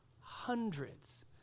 Hundreds